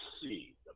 see